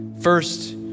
First